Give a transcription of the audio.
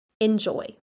Enjoy